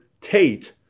Tate